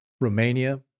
Romania